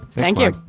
thank you.